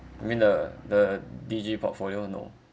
you mean the the D G portfolio no